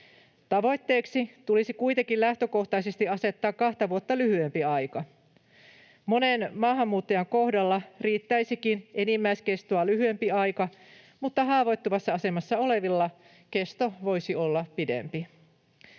Tavoitteeksi tulisi kuitenkin lähtökohtaisesti asettaa kahta vuotta lyhyempi aika. Monen maahanmuuttajan kohdalla riittäisikin enimmäiskestoa lyhyempi aika, mutta haavoittuvassa asemassa olevilla kesto voisi olla pidempi.